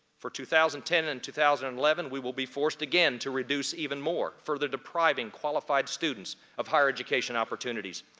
for two thousand ten and two thousand and eleven, we will be forced again to reduce even more, further depriving qualified students of higher education opportunities.